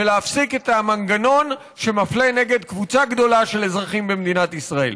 ולהפסיק את המנגנון שמפלה נגד קבוצה גדולה של אזרחים במדינת ישראל.